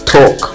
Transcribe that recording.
Talk